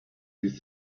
these